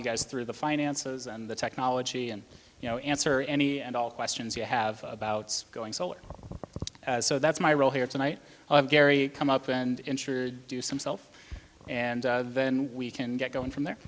you guys through the finances and the technology and you know answer any and all questions you have about going solar as so that's my role here tonight gary come up and introduce himself and then we can get going from there